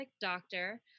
doctor